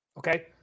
Okay